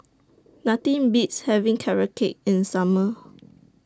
Nothing Beats having Carrot Cake in Summer